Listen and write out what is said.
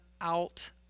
out